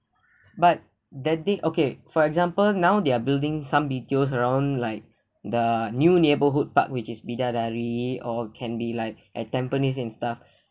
but that thing okay for example now they're building some retails around like the new neighbourhood park which is bidadari or can be like at tampines and stuff